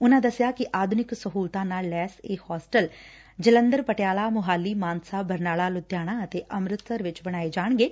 ਉਨਾਂ ਦਸਿਆ ਕਿ ਆਧੁਨਿਕ ਸਹੁਲਤਾਂ ਨਾਲ ਲੈਸ ਇਹ ਹੋਸਟਲ ਜਲੰਧਰ ਪਟਿਆਲਾ ਮੋਹਾਲੀ ਮਾਨਸਾ ਬਰਨਾਲਾ ਲੁਧਿਆਣਾ ਤੇ ਅੰਮਿਤਸਰ ਚ ਬਣਾਏ ਜਾਣਗੇ